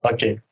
Okay